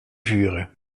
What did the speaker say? vuren